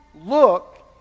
look